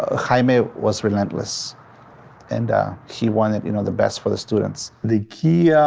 ah jaime was relentless and he wanted, you know the best for the students. the key